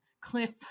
Cliff